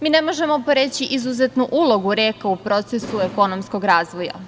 Mi ne možemo poreći izuzetnu ulogu reka u procesu ekonomskog razvoja.